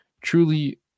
Truly